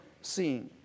seeing